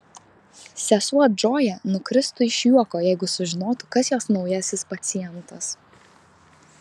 sesuo džoja nukristų iš juoko jeigu sužinotų kas jos naujasis pacientas